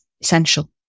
essential